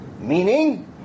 Meaning